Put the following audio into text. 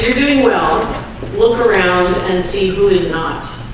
doing well look around and see who is not